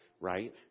Right